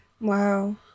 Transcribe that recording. Wow